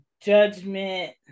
judgment